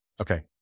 Okay